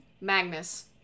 Magnus